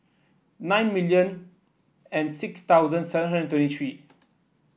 nine million and six thousand seven hundred twenty three